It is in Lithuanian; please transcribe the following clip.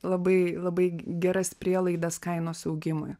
labai labai geras prielaidas kainos augimui